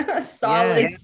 solid